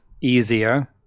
easier